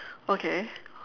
okay